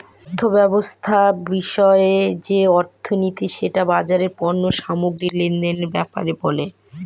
অর্থব্যবস্থা বিষয়ক যে অর্থনীতি সেটা বাজারের পণ্য সামগ্রী লেনদেনের ব্যাপারে বলে